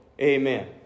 Amen